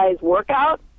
workout